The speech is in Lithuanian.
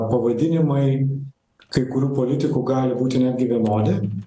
pavadinimai kai kurių politikų gali būti netgi vienodi